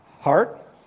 Heart